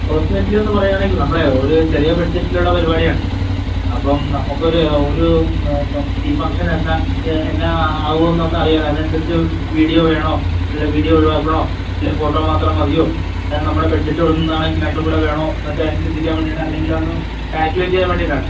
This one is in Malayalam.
കോസ്മെറ്റലി എന്നു പറയുവാണെങ്കിൽ നമ്മളുടെ ഒരു ചെറിയ ബഡ്ജറ്റിലുള്ള പരിപാടി ആണ് അപ്പം നമുക്കൊരു ഒരു ഇപ്പം ഈ ഫങ്ക്ഷൻ എന്ന എന്നാൽ ആകുമോയെന്നൊന്ന് അറിയാനാണ് അതനുസരിച്ച് വീഡിയോ വേണോ അല്ലെ വീഡിയോ ഒഴിവാക്കണോ അല്ലെ ഫോട്ടോ മാത്രം മതിയോ അതായത് നമ്മുടെ ബഡ്ജറ്റിൽ ഒതുങ്ങുന്നതാണെങ്കിൽ രണ്ടും കൂടി വേണോ എന്നൊക്കെ ചിന്തിക്കാൻ വേണ്ടിയിട്ട് അല്ലെങ്കിലൊന്ന് കേൽക്കുലേറ്റ് ചെയ്യാൻ വേണ്ടിയിട്ടാണെ